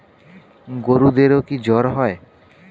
গরুদেরও কি জ্বর হয়?